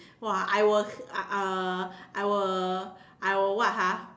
!wah! I was uh uh I will I will what ha